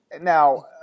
Now